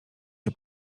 się